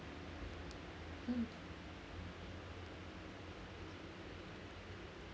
mm